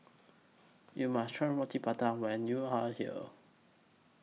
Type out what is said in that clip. YOU must Try Roti Prata when YOU Are here